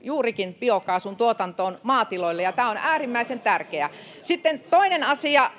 juurikin biokaasun tuotantoon maatiloille, ja tämä on äärimmäisen tärkeää. Sitten toinen asia —